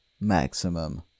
maximum